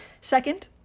Second